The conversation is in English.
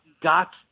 got